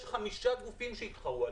יש חמישה גופים שיתחרו עלינו.